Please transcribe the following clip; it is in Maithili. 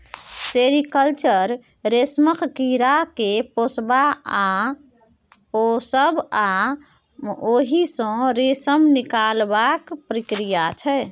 सेरीकल्चर रेशमक कीड़ा केँ पोसब आ ओहि सँ रेशम निकालबाक प्रक्रिया छै